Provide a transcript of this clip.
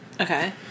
Okay